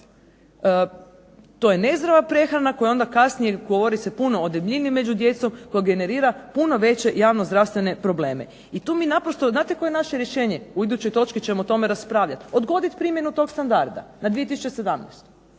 to je nezdrava prehrana, što onda kasnije govori se puno o debljini među djecom koja generira puno veće javno zdravstvene probleme. I tu mi naprosto, znate koje je naše rješenje, u idućoj točki ćemo o tome raspravljati, odgoditi primjenu tog standarda na 2017.